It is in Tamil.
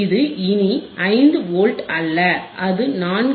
இது இனி 5 வோல்ட் அல்ல அது 4